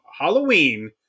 Halloween